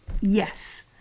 Yes